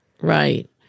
right